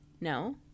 No